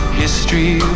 history